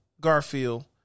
Garfield